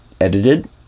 Edited